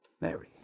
Mary